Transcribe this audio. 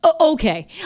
okay